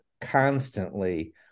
constantly